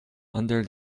under